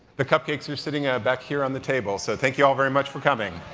the cupcakes are sitting ah back here on the table. so thank you all very much for coming.